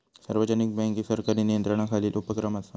सार्वजनिक बँक ही सरकारी नियंत्रणाखालील उपक्रम असा